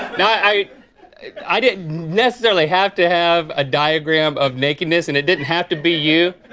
i i didn't necessarily have to have a diagram of nakedness and it didn't have to be you.